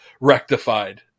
rectified